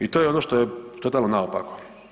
I to je ono što je totalno naopako.